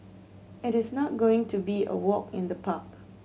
it is not going to be a walk in the park